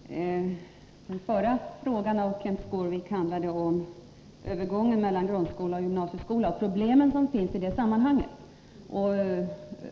Herr talman! Den förra frågan av Kenth Skårvik handlade om de problem som förekommer i övergången mellan grundskola och gymnasieskola.